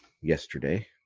yesterday